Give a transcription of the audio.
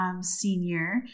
senior